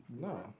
No